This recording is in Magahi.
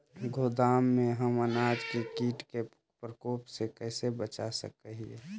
गोदाम में हम अनाज के किट के प्रकोप से कैसे बचा सक हिय?